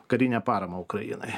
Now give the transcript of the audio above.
karinę paramą ukrainai